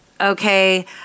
Okay